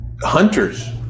hunters